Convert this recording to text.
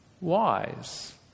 wise